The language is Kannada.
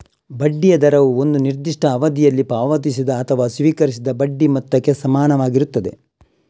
ಬಡ್ಡಿಯ ದರವು ಒಂದು ನಿರ್ದಿಷ್ಟ ಅವಧಿಯಲ್ಲಿ ಪಾವತಿಸಿದ ಅಥವಾ ಸ್ವೀಕರಿಸಿದ ಬಡ್ಡಿ ಮೊತ್ತಕ್ಕೆ ಸಮಾನವಾಗಿರುತ್ತದೆ